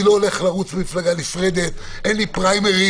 אני לא הולך לרוץ במפלגה נפרדת, אין לי פריימריז.